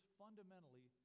fundamentally